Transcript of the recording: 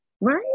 Right